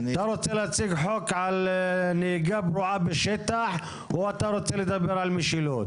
אתה רוצה להציג חוק על נהיגה פרועה בשטח או שאתה רוצה לדבר על משילות?